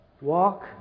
Walk